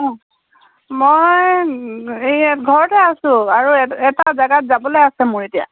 অঁ মই এই ঘৰতে আছোঁ আৰু এটা জেগাত যাবলৈ আছে মোৰ এতিয়া